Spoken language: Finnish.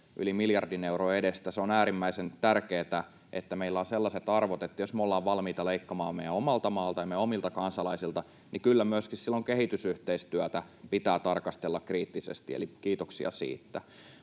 yli miljardin euron edestä. On äärimmäisen tärkeätä, että meillä on sellaiset arvot, että jos me ollaan valmiita leikkaamaan meidän omalta maalta ja omilta kansalaisilta, kyllä silloin myöskin kehitysyhteistyötä pitää tarkastella kriittisesti, eli kiitoksia siitä.